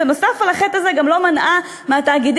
ונוסף על החטא הזה גם לא מנעה מהתאגידים